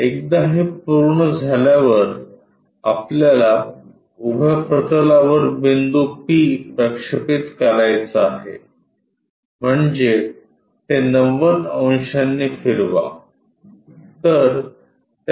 एकदा हे पूर्ण झाल्यावर आपल्याला उभ्या प्रतलावर बिंदू p प्रक्षेपित करायचा आहे म्हणजे ते 90 अंशांनी फिरवा